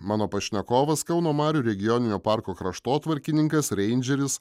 mano pašnekovas kauno marių regioninio parko kraštotvarkininkas reindžeris